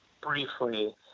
briefly